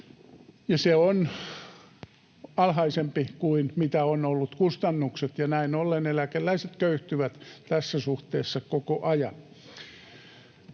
se on alhaisempi kuin mitä kustannukset ovat olleet. Näin ollen eläkeläiset köyhtyvät tässä suhteessa koko ajan.